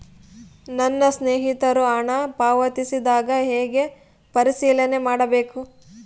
ನನ್ನ ಸ್ನೇಹಿತರು ಹಣ ಪಾವತಿಸಿದಾಗ ಹೆಂಗ ಪರಿಶೇಲನೆ ಮಾಡಬೇಕು?